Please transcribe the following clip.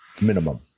minimum